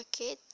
Okay